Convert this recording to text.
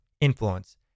influence